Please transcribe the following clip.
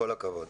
כל הכבוד.